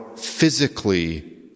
Physically